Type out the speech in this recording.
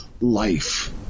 life